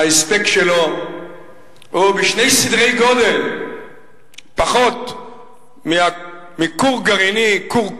ההספק שלו הוא בשני סדרי גודל פחות מכור כוח